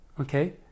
okay